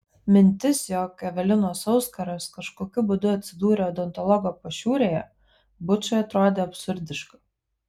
mintis jog evelinos auskaras kažkokiu būdu atsidūrė odontologo pašiūrėje bučui atrodė absurdiška